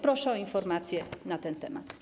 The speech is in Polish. Proszę o informacje na ten temat.